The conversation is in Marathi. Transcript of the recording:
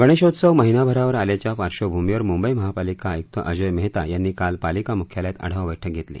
गणेशोत्सव महिनाभरावर आल्याच्या पार्श्वभूमीवर मुंबई महापालिका आयुक्त अजोय मेहता यांनी काल पालिका मुख्यालयात आढावा बैठक घेतली